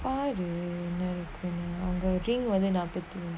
பாரு என்ன இருக்கு அவங்க:paaru enna iruku avanga ring வந்து நாப்பத்தி மூனு:vanthu naapathi moonu